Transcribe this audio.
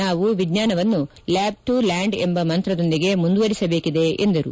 ನಾವು ವಿಜ್ಞಾನವನ್ನು lab to land ಎಂಬ ಮಂತ್ರದೊಂದಿಗೆ ಮುಂದುವರಿಸಬೇಕಿದೆ ಎಂದರು